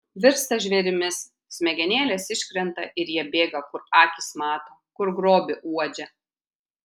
virsta žvėrimis smegenėlės iškrenta ir jie bėga kur akys mato kur grobį uodžia